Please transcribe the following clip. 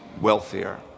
wealthier